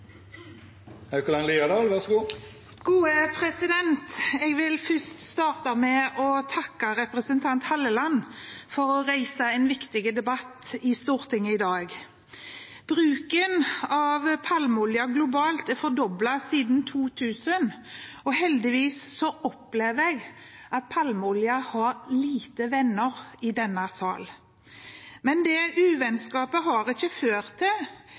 Jeg vil starte med å takke representanten Halleland for å reise en viktig debatt i Stortinget i dag. Bruken av palmeolje globalt er fordoblet siden 2000, og heldigvis opplever jeg at palmeoljen har få venner i denne sal. Men det uvennskapet har ikke ført til